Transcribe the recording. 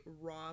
raw